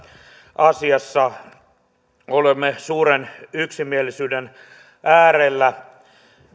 asiassa olemme suuren yksimielisyyden äärellä